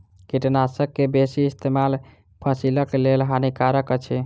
कीटनाशक के बेसी इस्तेमाल फसिलक लेल हानिकारक अछि